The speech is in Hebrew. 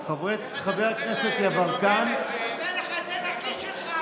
אתה, אין לך זכות לדבר עלינו.